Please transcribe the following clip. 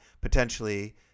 potentially